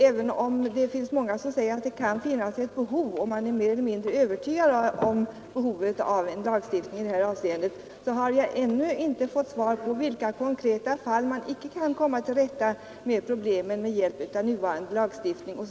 Även om det är många som säger att det kan finnas ett behov av en lagstiftning och att man är mer eller mindre övertygad om behovet av en lagstiftning i detta avseende, har jag ännu inte fått svar på frågan i vilka konkreta fall man inte kan komma till rätta med problemen med hjälp av den nuvarande lagstiftningen.